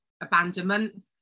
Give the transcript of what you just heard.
abandonment